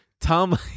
Tom